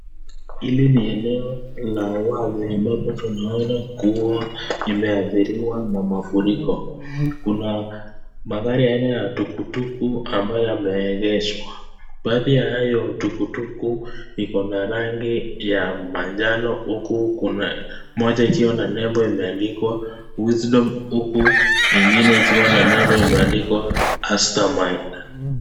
Hili ni eneo la wazi ambapo tunaona kuwa limeathiriwa na mafuriko. Kuna magari aina ya tukutuku ambayo yameegeshwa. Baadhi ya hayo tukutuku iko na rangi ya manjano huku kuna moja ikiwa na nembo imeandikwa Wisdom, huku ingine ikiwa na nembo imeandikwa Mastermind.